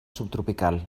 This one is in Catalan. subtropical